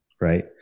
right